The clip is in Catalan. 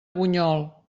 bunyol